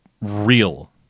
real